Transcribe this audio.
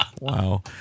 wow